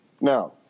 Now